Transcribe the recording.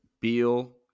Beal